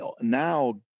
now